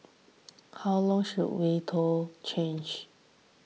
how long should we told change